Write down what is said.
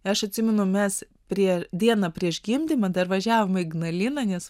aš atsimenu mes prie dieną prieš gimdymą dar važiavom į ignaliną nes